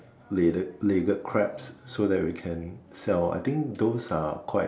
ledded legged crabs so that we can sell I think those are quite